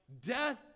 death